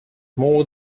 more